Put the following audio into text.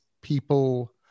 people